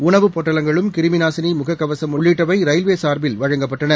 உணவு பொட்டலங்களும் கிருமிநாசினி முகக்கவசும் உள்ளிட்டவை ரயில்வே சார்பில் வழங்கப்பட்டன